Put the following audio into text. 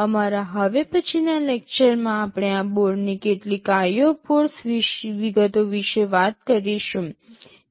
અમારા હવે પછીનાં લેક્ચરમાં આપણે આ બોર્ડની કેટલીક IO પોર્ટ વિગતો વિશે વાત કરીશું